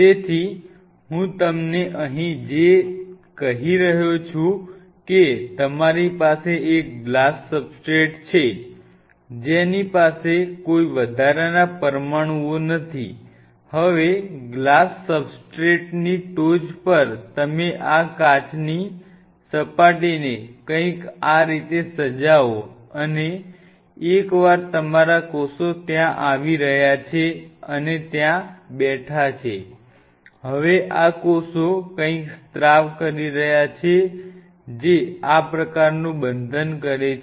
તેથી હું તમને અહીં જે છે તે કહી રહ્યો છું કે તમારી પાસે એક ગ્લાસ સબસ્ટ્રેટ છે જેની પાસે કોઈ વધારાના પરમાણુઓ નથી હવે ગ્લાસ સબસ્ટ્રેટની ટોચ પર તમે આ કાચની સપાટીને કંઈક આ રીતે સજાવો અને એકવાર તમારા કોષો ત્યાં આવી રહ્યા છે અને ત્યાં બેઠા છે હવે આ કોષો કંઈક સ્ત્રાવ કરી રહ્યા છે જે આ પ્રકારનું બંધન કરે છે